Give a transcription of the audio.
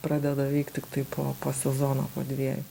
pradeda veikt tiktai po po sezono po dviejų